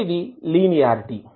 మొదటిది లీనియారిటీ